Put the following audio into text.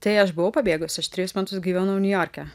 tai aš buvau pabėgus aš trejus metus gyvenau niujorke